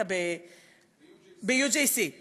אני עסקתי בזה הרבה שנים ב-UJC, באיחוד הקהילות.